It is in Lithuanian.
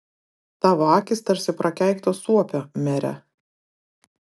tavo akys tarsi prakeikto suopio mere